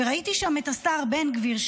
וראיתי שם את השר בן גביר,